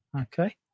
Okay